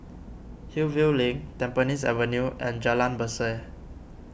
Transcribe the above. Hillview Link Tampines Avenue and Jalan Berseh